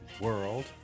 world